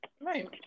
Right